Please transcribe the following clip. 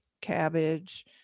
cabbage